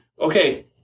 Okay